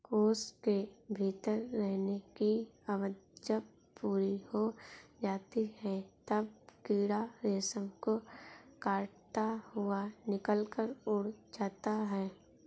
कोश के भीतर रहने की अवधि जब पूरी हो जाती है, तब कीड़ा रेशम को काटता हुआ निकलकर उड़ जाता है